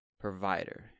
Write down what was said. provider